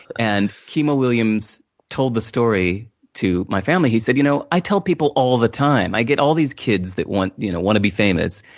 and, kima williams told the story to my family. he said, you know i tell people all the time. i get all these kids that you know wanna be famous,